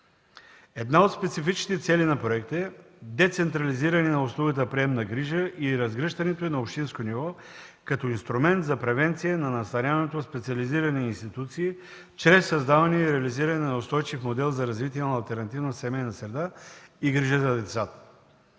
Една от специфичните цели на проекта е децентрализиране на услугата „приемна грижа“ и разгръщането й на общинско ниво като инструмент за превенция на настаняването в специализирани институции – чрез създаване и реализиране на устойчив модел за развитие на алтернативна семейна среда и грижа за децата.